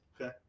Okay